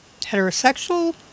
heterosexual